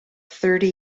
thirty